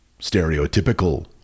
stereotypical